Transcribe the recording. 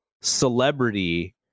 celebrity